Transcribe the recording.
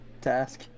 task